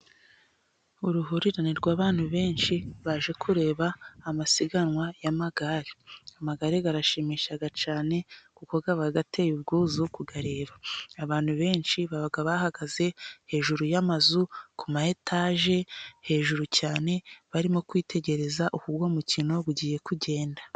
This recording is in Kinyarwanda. Uruhurirane rw'abantu benshi baje kureba amasiganwa y'amagare . Amagare arashimisha cyane kuko aba ateye ubwuzu kuyareba, abantu benshi baba bahagaze hejuru y'amazu ku ma etage, hejuru cyane barimo kwitegereza uko uwo mukino ugiye kugenda.